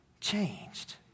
changed